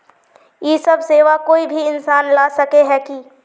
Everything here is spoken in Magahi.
इ सब सेवा कोई भी इंसान ला सके है की?